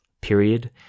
period